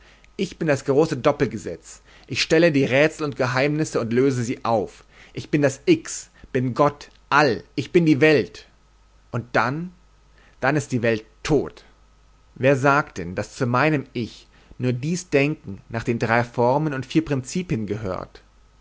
ich bin das große doppelgesetz ich stelle die rätsel und geheimnisse und löse sie auf ich bin das x bin gott all ich bin die welt und dann dann ist die welt tot wer sagt denn daß zu meinem ich nur dies denken nach den drei formen und vier prinzipien gehört